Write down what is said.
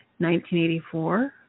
1984